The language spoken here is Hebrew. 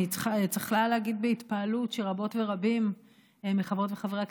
אני צריכה להגיד בהתפעלות שרבות ורבים מחברות וחברי הכנסת,